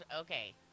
Okay